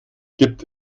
gibt